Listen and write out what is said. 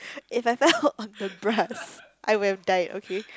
if I fell on the bus I would have died okay